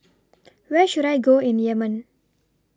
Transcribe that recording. Where should I Go in Yemen